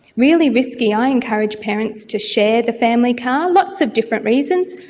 really risky. i encourage parents to share the family car. lots of different reasons,